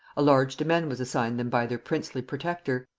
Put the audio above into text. a large demesne was assigned them by their princely protector,